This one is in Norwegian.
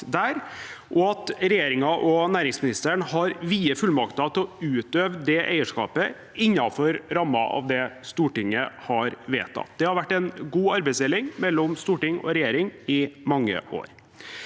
og at regjeringen og næringsministeren har vide fullmakter til å utøve det eierskapet innenfor rammen av det Stortinget har vedtatt. Det har vært en god arbeidsdeling mellom storting og regjering i mange år.